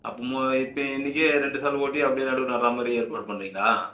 அப்போ ம இப்போ இன்றைக்கே ரெண்டு சால் ஓட்டி அப்படியே நடவு நடுறா மாதிரி ஏற்பாடு பண்ணுறீங்களா